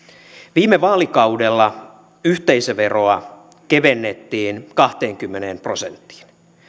viime vaalikaudella yhteisöveroa kevennettiin kahteenkymmeneen prosenttiin